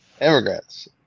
immigrants